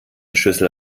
schüssel